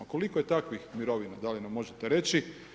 Koliko je takvih mirovina, da li nam možete reći?